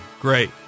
great